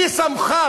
מי שׂמך,